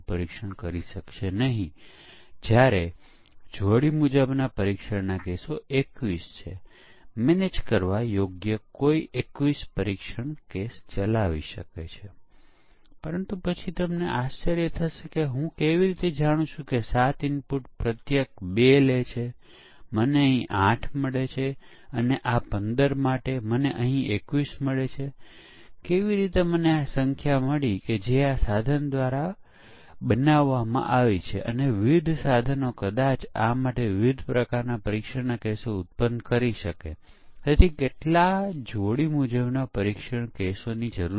પરીક્ષણ યોજનામાં શું સમાયેલું છે એક પરીક્ષણ યોજના એ છે કે જે પરીક્ષણ કરવાની છે તે ફીચર ક્યાં છે અને કેનું વિશિષ્ટ કારણને લીધે પરીક્ષણ નથી કરવાનું જેમકે આપણે કેટલીક સુવિધાઓ પ્રકાશિત કરવાની યોજના બનાવી નથી તે પણ કોડમાં શામેલ કરવામાં આવી છે પરંતુ તે પછી જો ગ્રાહકને રિલીઝ કરવાની યોજના નથી તો આપણે તે ચકાસવાની જરૂર નથી